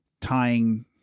tying